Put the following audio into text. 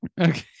okay